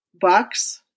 bucks